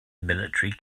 military